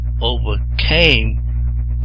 overcame